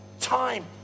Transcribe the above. time